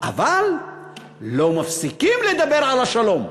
אבל לא מפסיקים לדבר על השלום.